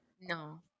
no